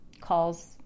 calls